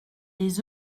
des